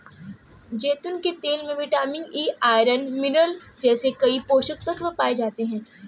जैतून के तेल में विटामिन ई, आयरन, मिनरल जैसे कई पोषक तत्व पाए जाते हैं